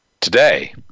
today